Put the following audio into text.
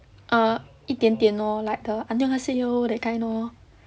err 一点点 lor like the that kind lor